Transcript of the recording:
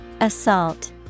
Assault